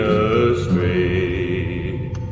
astray